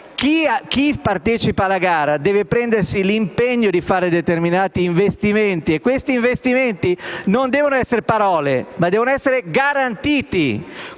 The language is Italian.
chi partecipa alla gara deve prendersi l'impegno di fare determinati investimenti e tali investimenti non devono essere parole, ma devono essere garantiti